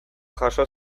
jaso